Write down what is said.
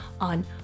on